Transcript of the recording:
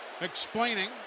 explaining